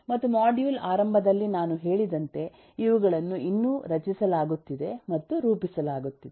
ಮತ್ತು ಮಾಡ್ಯೂಲ್ ಆರಂಭದಲ್ಲಿ ನಾನು ಹೇಳಿದಂತೆ ಇವುಗಳನ್ನು ಇನ್ನೂ ರಚಿಸಲಾಗುತ್ತಿದೆ ಮತ್ತು ರೂಪಿಸಲಾಗುತ್ತಿದೆ